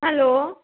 hello